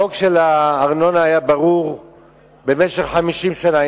החוק של הארנונה היה ברור במשך 50 שנה,